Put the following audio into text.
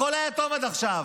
הכול היה טוב עד עכשיו.